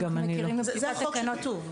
אנחנו מכירים --- זה החוק שכתוב.